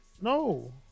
No